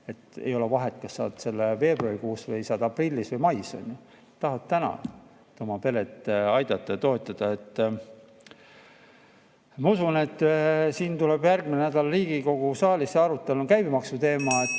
et ei ole vahet, kas saad selle veebruarikuus või saad aprillis või mais. Nad tahavad täna oma peret aidata ja toetada. Ma usun, et – siin tuleb järgmisel nädalal Riigikogu saalis see arutelu, on käibemaksu teema